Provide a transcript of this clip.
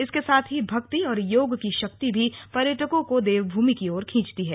इसके साथ ही भक्ति और योग की शक्ति भी पर्यटकों को देवभूमि की ओर खींचती है